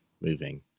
moving